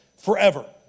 forever